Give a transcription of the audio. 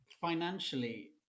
financially